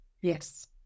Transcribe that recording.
Yes